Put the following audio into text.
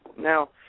Now